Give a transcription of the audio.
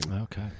Okay